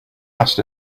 asked